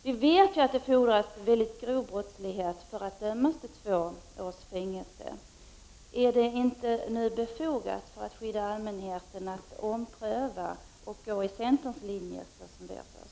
Vi vet att det krävs mycket grov brottslighet för att man skall dömas till två års fängelse. Är det inte nu befogat att ompröva detta och följa centerns linje för att skydda allmänheten?